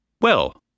Well